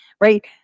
Right